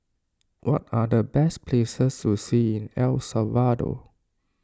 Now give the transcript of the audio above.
what are the best places to see in El Salvador